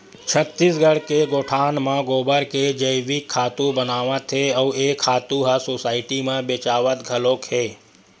छत्तीसगढ़ के गोठान म गोबर के जइविक खातू बनावत हे अउ ए खातू ह सुसायटी म बेचावत घलोक हे